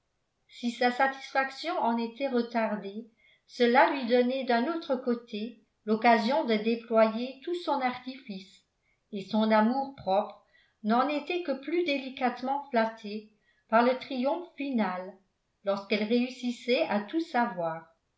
si sa satisfaction en était retardée cela lui donnait d'un autre côté l'occasion de déployer tout son artifice et son amour-propre n'en était que plus délicatement flatté par le triomphe final lorsqu'elle réussissait à tout savoir